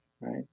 Right